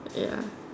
ya